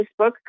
Facebook